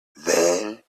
then